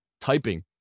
typing